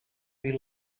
you